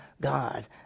God